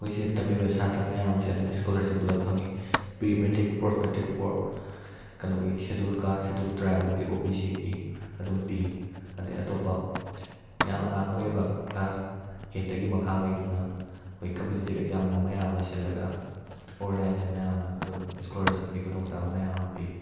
ꯑꯩꯈꯣꯏ ꯁꯤꯗ ꯇꯝꯂꯤꯕ ꯁꯥꯇ꯭ꯔ ꯃꯌꯥꯝꯁꯦ ꯑꯗꯨꯝ ꯏꯁꯀꯣꯂꯔꯁꯤꯞ ꯄꯨꯂꯞ ꯐꯪꯏ pre matric post matric for ꯀꯩꯅꯣꯒꯤ ꯁꯦꯗꯨꯜ ꯀꯥꯁ ꯁꯦꯗꯨꯜ ꯇ꯭ꯔꯥꯏꯕ ꯑꯃꯗꯤ ꯑꯣ ꯕꯤ ꯁꯤꯒꯤ ꯑꯗꯨꯝ ꯄꯤ ꯑꯗꯩ ꯑꯇꯣꯞꯄ ꯌꯥꯝ ꯑꯉꯥꯡ ꯑꯣꯏꯔꯤꯕ ꯀ꯭ꯂꯥꯁ ꯑꯩꯠꯇꯒꯤ ꯃꯈꯥꯈꯩꯗꯨꯅ ꯑꯩꯈꯣꯏ ꯀꯝꯄꯤꯇꯤꯇꯤꯕ ꯑꯦꯛꯖꯥꯝꯒꯨꯝꯕ ꯃꯌꯥꯝ ꯑꯃ ꯁꯤꯜꯂꯒ ꯑꯣꯔꯒꯅꯥꯏꯖꯦꯁꯟ ꯃꯌꯥꯝꯅ ꯑꯗꯨꯝ ꯏꯁꯀꯣꯂꯔꯁꯤꯞꯀꯤ ꯈꯨꯗꯣꯡ ꯆꯥꯕ ꯃꯌꯥꯝ ꯑꯃ ꯄꯤ